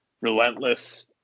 relentless